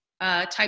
type